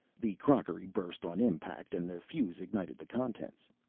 the crockery burst on impact and the fuse ignited the contents.